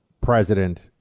president